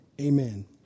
amen